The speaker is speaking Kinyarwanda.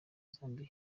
zambia